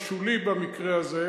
השולי במקרה הזה,